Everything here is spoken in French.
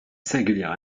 singulière